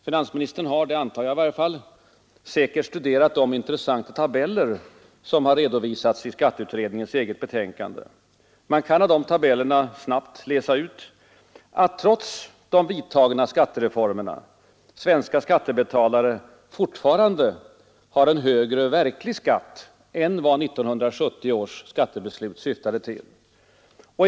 Finansministern har, det antar jag i varje fall, säkert studerat de intressanta tabeller som har redovisats i skatteutredningens eget betänkande. Man kan av de tabellerna snabbt läsa ut att trots de vidtagna skattereformerna svenska skattebetalare fortfarande har en högre verklig skatt än vad 1970 års skattebeslut syftade till.